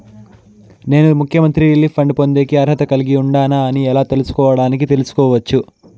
నేను ముఖ్యమంత్రి relief fund పొందేకి అర్హత కలిగి ఉండానా అని ఎలా తెలుసుకోవడానికి తెలుసుకోవచ్చు